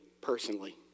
personally